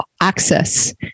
access